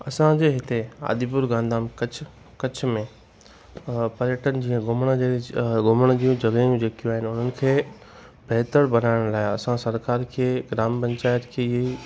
असांजे हिते आदिपुर गांधीधाम कच्छ कच्छ में पर्यटन जीअं घुमण जे विच घुमण जूं जॻहियूं जेकियूं आहिनि उन्हनि खे बहितर बनाइण लाइ असां सरकार खे ग्राम पंचायत की